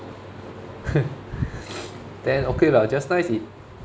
then okay lah just nice it